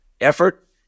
effort